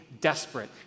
desperate